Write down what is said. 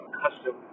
custom